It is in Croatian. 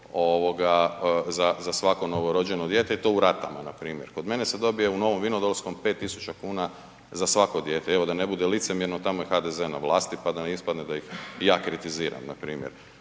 za svako novorođeno dijete i to u ratama npr. Kod mene se dobije u Novom Vinodolskom 5.000,00 kn za svako dijete, evo da ne bude licemjerno tamo je HDZ na vlasti, pa da ne ispadne da ih ja kritiziram npr.